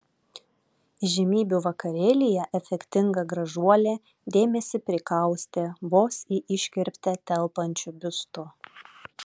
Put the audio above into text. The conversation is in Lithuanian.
įžymybių vakarėlyje efektinga gražuolė dėmesį prikaustė vos į iškirptę telpančiu biustu